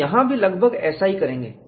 हम यहां भी लगभग ऐसा ही करेंगे